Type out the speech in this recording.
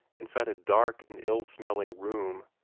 inside a dark and ill-smelling room,